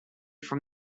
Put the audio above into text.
from